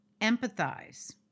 empathize